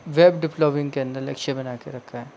web डिपलोविल के अंदर लक्ष्य बना के रखा है